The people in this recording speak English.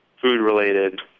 food-related